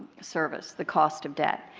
service. the cost of debt.